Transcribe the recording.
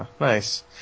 nice